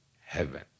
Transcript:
heaven